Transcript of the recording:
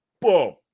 Boom